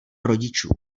rodičů